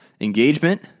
engagement